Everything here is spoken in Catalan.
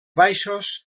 baixos